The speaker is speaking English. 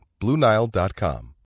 BlueNile.com